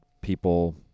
people